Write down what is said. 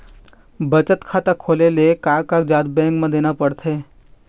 बचत खाता खोले ले का कागजात बैंक म देना पड़थे?